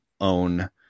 own